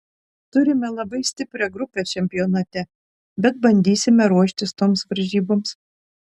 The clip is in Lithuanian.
turime labai stiprią grupę čempionate bet bandysime ruoštis toms varžyboms